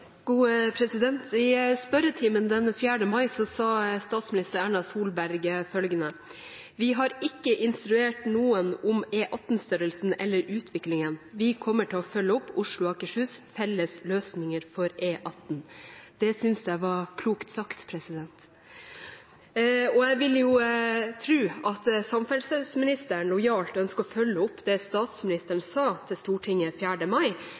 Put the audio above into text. I spørretimen den 4. mai sa statsminister Erna Solberg følgende: «Vi har ikke instruert noen om E18-størrelsen eller -utviklingen. Vi kommer til å følge opp Oslo og Akershus’ felles løsninger for E18.» Det synes jeg var klokt sagt. Jeg vil tro at samferdselsministeren lojalt ønsker å følge opp det statsministeren sa til Stortinget 4. mai,